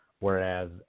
Whereas